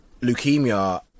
leukemia